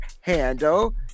handle